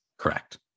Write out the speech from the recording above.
Correct